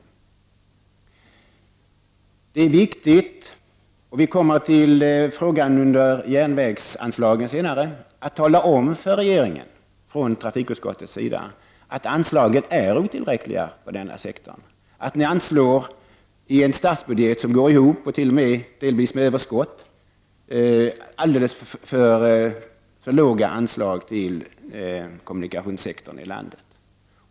Vi kommer från trafikutskottets sida i samband med frågan om järnvägsanslagen att tala om för regeringen att anslagen till denna sektor är otillräckliga. Man anslår i en budget som går ihop och t.o.m. delvis går med överskott alldeles för låga anslag till kommunikationssektorn.